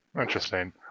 Interesting